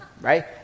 right